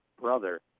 brother